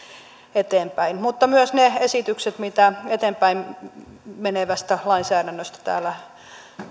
eteenpäin mutta myös ne esitykset mitä eteenpäinmenevästä lainsäädännöstä täällä